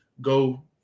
go